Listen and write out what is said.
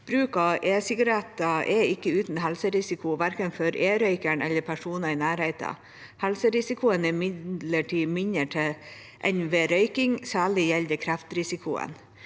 Bruk av e-sigaretter er ikke uten helserisiko, verken for e-røykeren eller for personer i nærheten. Helserisikoen er imidlertid mindre enn ved røyking, og særlig gjelder dette kreftrisikoen,